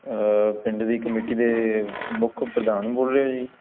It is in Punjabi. ਪਿੰਡ ਦੀ ਕਮੇਟੀ ਦੇ ਮੁੱਖ ਪ੍ਰਧਾਨ ਬੋਲ ਰਹੇ ਹੋ ਜੀ